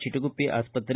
ಚಿಟಗುಪ್ಪಿ ಆಸ್ಪತ್ರೆ